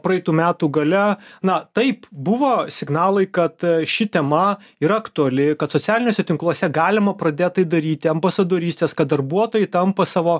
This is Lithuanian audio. praeitų metų gale na taip buvo signalai kad ši tema yra aktuali kad socialiniuose tinkluose galima pradėt tai daryti ambasadorystes kad darbuotojai tampa savo